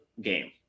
game